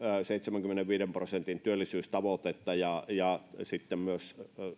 seitsemänkymmenenviiden prosentin työllisyystavoitetta ja ja sitten myös